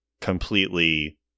completely